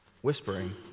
whispering